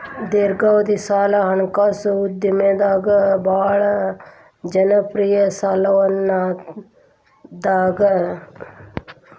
ದೇರ್ಘಾವಧಿ ಸಾಲ ಹಣಕಾಸು ಉದ್ಯಮದಾಗ ಭಾಳ್ ಜನಪ್ರಿಯ ಸಾಲವಾಗ್ಯಾದ